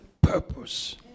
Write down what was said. purpose